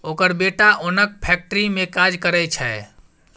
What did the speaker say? ओकर बेटा ओनक फैक्ट्री मे काज करय छै